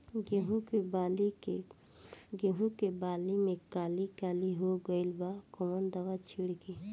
गेहूं के बाली में काली काली हो गइल बा कवन दावा छिड़कि?